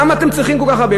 למה אתם צריכים כל כך הרבה?